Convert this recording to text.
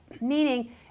meaning